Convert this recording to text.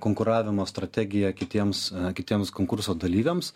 konkuravimo strategiją kitiems kitiems konkurso dalyviams